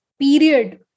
period